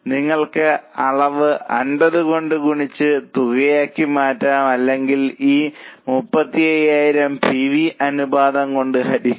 നിങ്ങൾക്ക് അളവ് 50 കൊണ്ട് ഗുണിച്ച് തുകയാക്കി മാറ്റാം അല്ലെങ്കിൽ ഈ 35000 പി വി അനുപാതം കൊണ്ട് ഹരിക്കുക